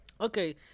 okay